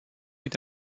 est